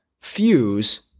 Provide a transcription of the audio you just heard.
fuse